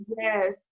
Yes